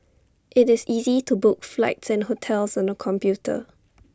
IT is easy to book flights and hotels on the computer